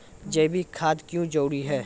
जैविक खाद क्यो जरूरी हैं?